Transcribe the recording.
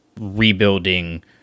rebuilding